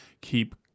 keep –